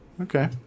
Okay